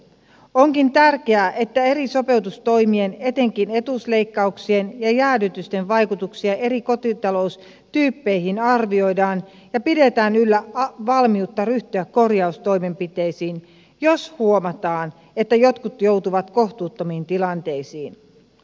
onkin tärkeää että eri sopeutustoimien etenkin etuusleikkauksien ja jäädytysten vaikutuksia eri kotitaloustyyppeihin arvioidaan ja pidetään yllä valmiutta ryhtyä korjaustoimenpiteisiin jos huomataan että jotkut joutuvat kohtuuttomiin tilanteisiin